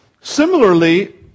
Similarly